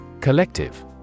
Collective